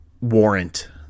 warrant